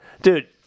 dude